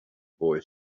boy